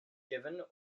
given